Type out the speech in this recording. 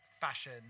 fashion